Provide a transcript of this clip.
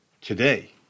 today